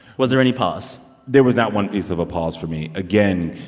was there any pause? there was not one piece of a pause for me. again,